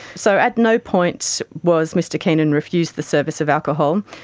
so at no point was mr keenan refused the service of alcohol.